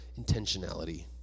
intentionality